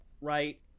right